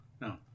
No